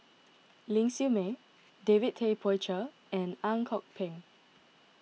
Ling Siew May David Tay Poey Cher and Ang Kok Peng